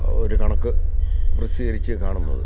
ഒരു കണക്ക് പ്രസിദ്ധീകരിച്ച് കാണുന്നത്